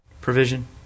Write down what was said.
Provision